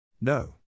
No